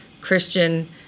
Christian